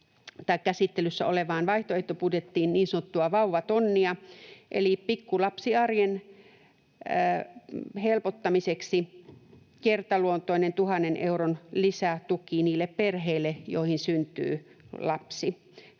tähän käsittelyssä olevaan vaihtoehtobudjettiin niin sanottua vauvatonnia, eli pikkulapsiarjen helpottamiseksi kertaluontoinen 1 000 euron lisätuki niille perheille, joihin syntyy lapsi.